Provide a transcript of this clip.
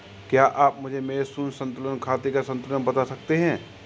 क्या आप मुझे मेरे शून्य संतुलन खाते का संतुलन बता सकते हैं?